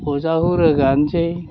बजाखौ रोगानोसै